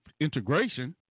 integration